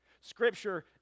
Scripture